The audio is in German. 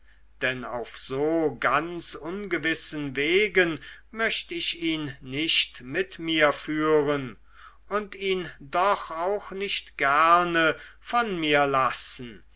denn auf so ganz ungewissen wegen möcht ich ihn nicht mit mir führen und ihn doch auch nicht gerne von mir lassen